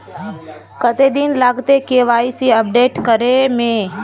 कते दिन लगते के.वाई.सी अपडेट करे में?